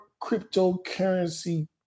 cryptocurrency